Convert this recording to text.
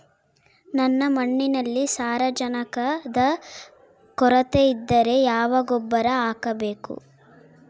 ನನ್ನ ಮಣ್ಣಿನಲ್ಲಿ ಸಾರಜನಕದ ಕೊರತೆ ಇದ್ದರೆ ಯಾವ ಗೊಬ್ಬರ ಹಾಕಬೇಕು?